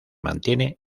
mantiene